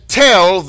tell